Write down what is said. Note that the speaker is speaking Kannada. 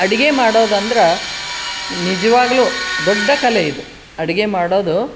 ಅಡುಗೆ ಮಾಡೋದಂದ್ರೆ ನಿಜವಾಗ್ಲು ದೊಡ್ಡ ಕಲೆ ಇದು ಅಡುಗೆ ಮಾಡೋದು